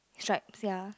is right ya